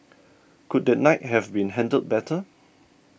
could that night have been handled better